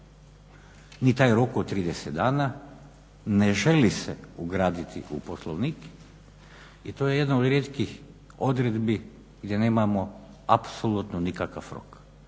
Ni taj rok od 30 dana ne želi se ugraditi u Poslovnik i to je jedna od rijetkih odredbi gdje nemamo apsolutno nikakav rok.